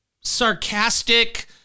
sarcastic